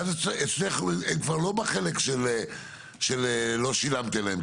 ואז אצלך הם כבר לא בחלק שלא שילמתם להם,